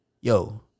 Yo